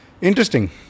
Interesting